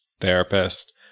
therapist